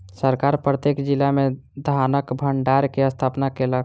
सरकार प्रत्येक जिला में धानक भण्डार के स्थापना केलक